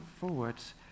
forwards